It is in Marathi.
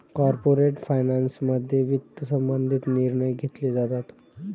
कॉर्पोरेट फायनान्समध्ये वित्त संबंधित निर्णय घेतले जातात